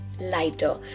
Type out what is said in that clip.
lighter